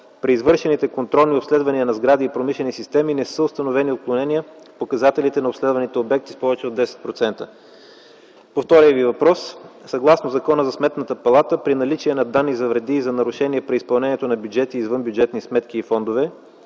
При извършените контролни обследвания на сгради и промишлени системи не са установени отклонения в показателите на обследваните обекти с повече от 10%. По втория Ви въпрос. Съгласно Закона за Сметната палата при наличие на данни за вреди и нарушения при изпълнението на бюджета и извънбюджетни сметки и фондове